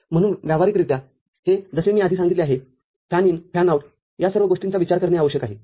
म्हणून व्यावहारिकरित्या हे जसे मी आधी सांगितले आहे फॅन इनफॅन आऊटFan out या सर्व गोष्टींचा विचार करणे आवश्यक आहे